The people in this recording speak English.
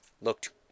looked